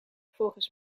volgens